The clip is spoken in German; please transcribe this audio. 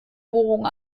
bohrung